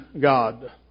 God